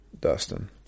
Dustin